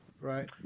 right